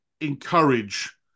encourage